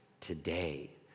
today